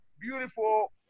beautiful